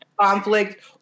conflict